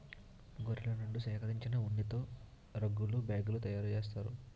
గొర్రెల నుండి సేకరించిన ఉన్నితో రగ్గులు బ్యాగులు తయారు చేస్తారు